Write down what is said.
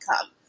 come